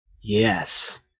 yes